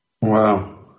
Wow